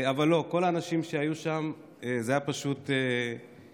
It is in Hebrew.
אבל לא: כל האנשים שהיו שם, זה היה פשוט מדהים,